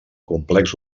complex